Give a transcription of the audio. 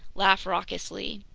laugh raucously.